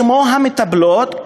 כמו המטפלות,